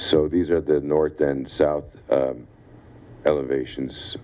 so these are the north and south elevations